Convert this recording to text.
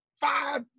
five